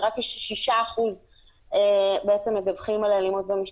שרק 6% בעצם מדווחים על אלימות במשפחה,